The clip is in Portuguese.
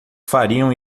fariam